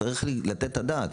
צריך לתת את הדעת,